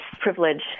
privilege